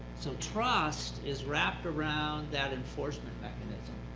so trust is wrapped around that enforcement mechanism.